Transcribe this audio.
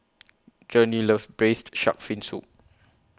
Journey loves Braised Shark Fin Soup